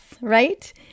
right